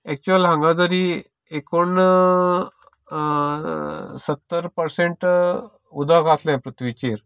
actual हांगा जरी कोण सत्तर पर्संट उदक आसलें पृथ्वीचेर